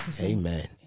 amen